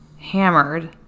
hammered